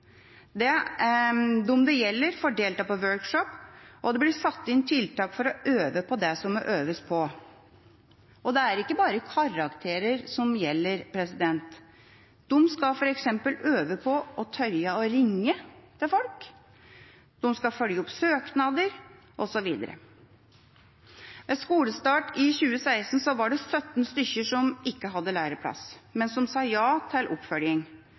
det gjelder, får delta på workshop, og det blir satt inn tiltak for å øve på det som må øves på. Og det er ikke bare karakterer som gjelder. De skal f.eks. øve på å tørre å ringe til folk, de skal følge opp søknader, osv. Ved skolestart i 2016 var det 17 stykker som ikke hadde læreplass, men som sa ja til oppfølging,